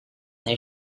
they